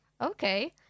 okay